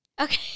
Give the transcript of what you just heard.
Okay